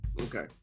Okay